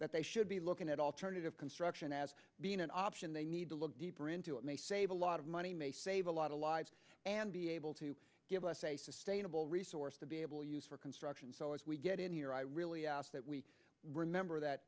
that they should be looking at alternative construction as being an option they need to look deeper into it may save a lot of money may save a lot of lives and be able to give us a sustainable resource to be able use for concern so as we get in here i really ask that we remember that